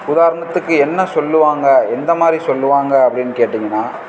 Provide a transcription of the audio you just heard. உதாரணத்துக்கு என்ன சொல்லுவாங்க எந்த மாதிரி சொல்லுவாங்க அப்படின்னு கேட்டிங்கன்னால்